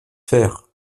faire